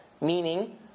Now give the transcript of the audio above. Meaning